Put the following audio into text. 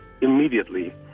immediately